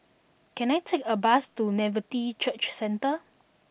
can I take a bus to Nativity Church Centre